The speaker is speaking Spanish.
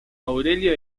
aurelio